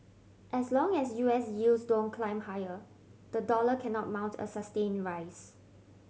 as long as U S yields don't climb higher the dollar cannot mount a sustained rise